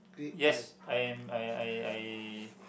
yes I am I I I